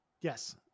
Yes